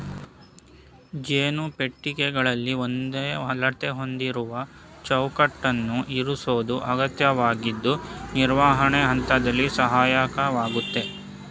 ಜೇನು ಪೆಟ್ಟಿಗೆಗಳಲ್ಲಿ ಒಂದೇ ಅಳತೆ ಹೊಂದಿರುವ ಚೌಕಟ್ಟನ್ನು ಇರಿಸೋದು ಅಗತ್ಯವಾಗಿದ್ದು ನಿರ್ವಹಣೆ ಹಂತದಲ್ಲಿ ಸಹಾಯಕವಾಗಯ್ತೆ